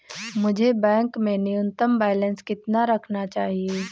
मुझे बैंक में न्यूनतम बैलेंस कितना रखना चाहिए?